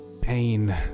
pain